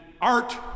art